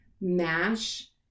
mash